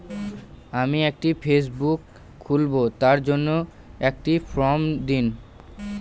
আমি একটি ফেসবুক খুলব তার জন্য একটি ফ্রম দিন?